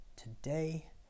today